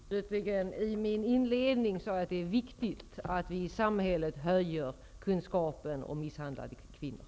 Herr talman! I min inledning sade jag att det är viktigt att vi i samhället ökar kunskapen om misshandlade kvinnor.